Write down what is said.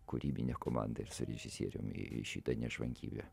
kūrybine komanda ir su režisierium į šitą nešvankybę